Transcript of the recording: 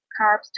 Carbs